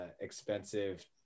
expensive